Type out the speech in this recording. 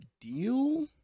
deal